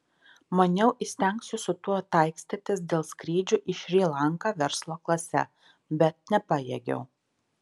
maniau įstengsiu su tuo taikstytis dėl skrydžių į šri lanką verslo klase bet nepajėgiau